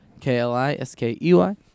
K-L-I-S-K-E-Y